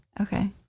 Okay